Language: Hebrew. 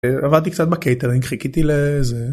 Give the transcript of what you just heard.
עבדתי קצת בקייטרינג, חיכיתי לזה...